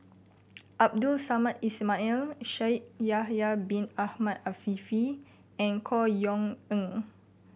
Abdul Samad Ismail Shaikh Yahya Bin Ahmed Afifi and Chor Yeok Eng